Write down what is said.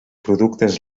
productes